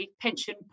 pension